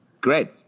Great